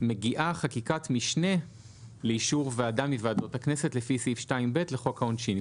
מגיעה חקיקת משנה לאישור ועדה מוועדות הכנסת לפי סעיף 2ב לחוק העונשין.